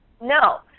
No